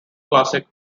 classic